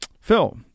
Phil